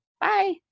Bye